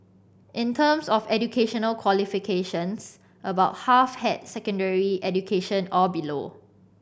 in terms of educational qualifications about half had secondary education or below